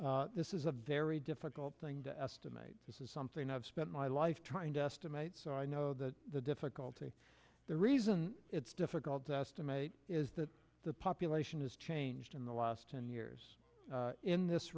forms this is a very difficult thing to estimate this is something i've spent my life trying to estimate so i know that the difficulty the reason it's difficult to estimate is that the population has changed in the last ten years in this